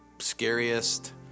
scariest